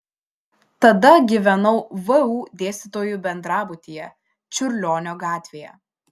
tada gyvenau vu dėstytojų bendrabutyje čiurlionio gatvėje